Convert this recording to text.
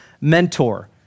mentor